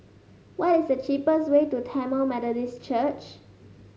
what is the cheapest way to Tamil Methodist Church